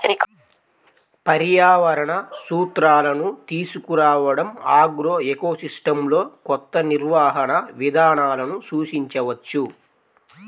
పర్యావరణ సూత్రాలను తీసుకురావడంఆగ్రోఎకోసిస్టమ్లోకొత్త నిర్వహణ విధానాలను సూచించవచ్చు